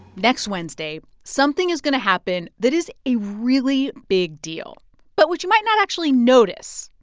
next wednesday, something is going to happen that is a really big deal but what you might not actually notice,